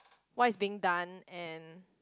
what's being done and